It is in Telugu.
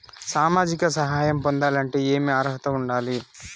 సామాజిక సహాయం పొందాలంటే ఏమి అర్హత ఉండాలి?